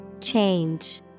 Change